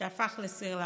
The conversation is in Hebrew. שהפך לסיר לחץ,